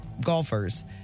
golfers